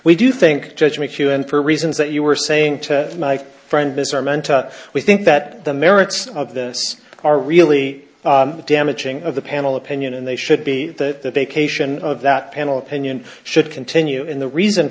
we do think judge mckeown for reasons that you were saying to my friend mr mentor we think that the merits of this are really damaging of the panel opinion and they should be that the vacation of that panel opinion should continue in the reason